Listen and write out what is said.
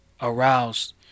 aroused